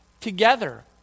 together